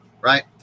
right